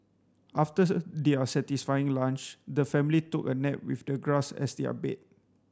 after their satisfying lunch the family took a nap with the grass as their bed